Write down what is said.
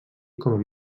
com